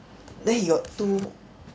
then he got two